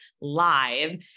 live